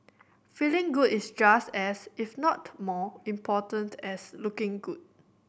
feeling good is just as if not more important as looking good